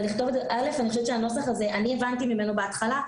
אני הבנתי מהנוסח הזה,